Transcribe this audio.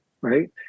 right